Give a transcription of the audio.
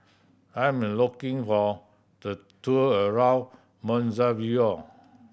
I am looking for the tour around Mozambique